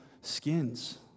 skins